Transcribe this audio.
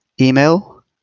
email